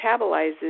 metabolizes